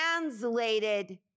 translated